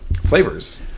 flavors